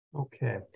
okay